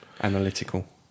analytical